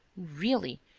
really,